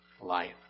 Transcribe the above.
life